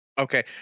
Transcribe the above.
Okay